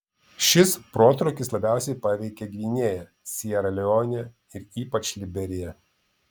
šis protrūkis labiausiai paveikė gvinėją siera leonę ir ypač liberiją